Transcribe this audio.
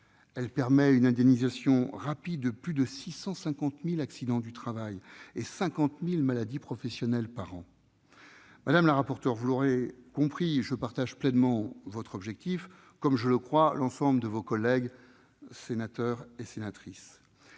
Elle permet une indemnisation rapide de plus de 650 000 accidents du travail et de 50 000 maladies professionnelles par an. Madame la rapporteure, vous l'aurez compris, je partage pleinement votre objectif, comme, je le crois, l'ensemble de vos collègues sénateurs et sénatrices.